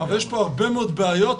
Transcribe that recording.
אבל יש הרבה מאוד בעיות.